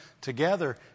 Together